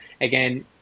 again